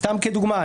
סתם לדוגמה.